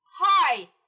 hi